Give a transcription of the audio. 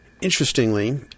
Interestingly